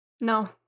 No